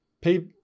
pay